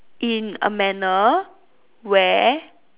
in a manner where